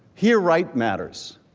here, right matters.